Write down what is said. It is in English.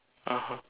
(uh huh)